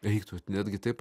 eik tu netgi taip